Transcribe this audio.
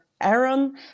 Aaron